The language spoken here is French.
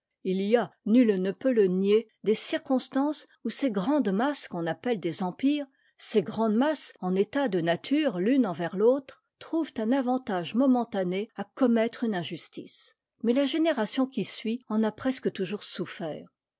il y a nut ne peut le nier des circonstances où ces grandes masses qu'on appelle des empires ces grandes masses en état de nature l'une envers l'autre trouvent un avantage momentané à commettre une injustice mais la génération qui suit en a presque toujours souffert